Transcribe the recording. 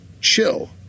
chill